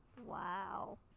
Wow